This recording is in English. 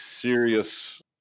serious